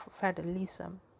federalism